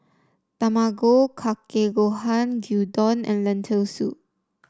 Tamago Kake Gohan Gyudon and Lentil Soup